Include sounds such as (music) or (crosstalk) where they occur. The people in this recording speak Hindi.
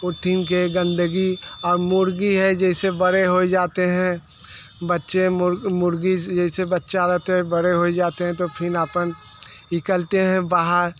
(unintelligible) के गंदगी और मुर्गी है जैसे बड़े हो जाते हैं बच्चे मूर मुर्गी जैसे बच्चा रहते हैं बड़े हो जाते हैं तो फिन अपन निकलते हैं बाहर